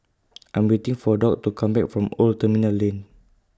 I Am waiting For Doctor to Come Back from Old Terminal Lane